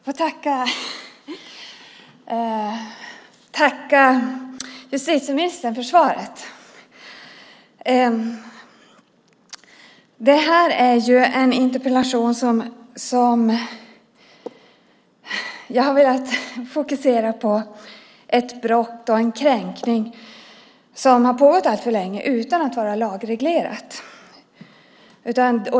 Herr talman! Jag tackar justitieministern för svaret. I interpellationen har jag velat fokusera på ett brott och en kränkning som har pågått alltför länge utan lagreglering.